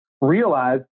realize